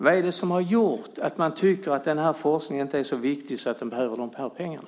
Vad är det som har gjort att man tycker att den här forskningen inte är så viktig att den behöver de pengarna?